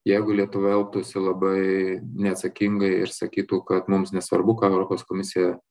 jeigu lietuva elgtųsi labai neatsakingai ir sakytų kad mums nesvarbu ką europos komisija